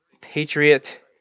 Patriot